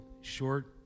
short